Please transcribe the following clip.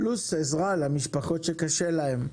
פלוס עזרה למשפחות שקשה להם.